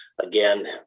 again